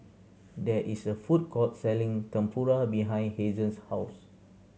there is a food court selling Tempura behind Hazen's house